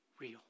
real